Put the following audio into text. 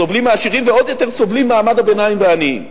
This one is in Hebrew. סובלים העשירים ועוד יותר סובלים מעמד הביניים והעניים.